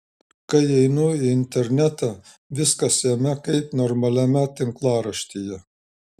kai įeinu į internetą viskas jame kaip normaliame tinklaraštyje